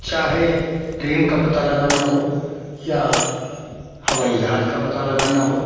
चाहे ट्रेन का पता लगाना हो या हवाई जहाज का पता लगाना हो